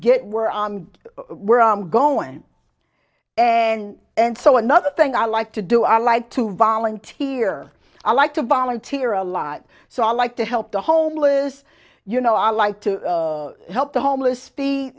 get we're on where i'm going and and so another thing i like to do i like to volunteer i like to volunteer a lot so i like to help the homeless you know i like to help the homeless spe